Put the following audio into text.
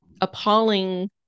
appalling